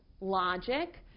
logic